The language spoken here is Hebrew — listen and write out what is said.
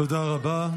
תודה רבה.